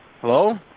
Hello